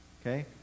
okay